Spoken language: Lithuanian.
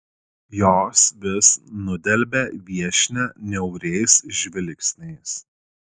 jos vis nudelbia viešnią niauriais žvilgsniais